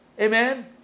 amen